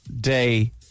Day